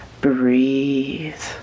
breathe